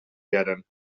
werden